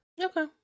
Okay